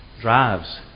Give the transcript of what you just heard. drives